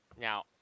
Now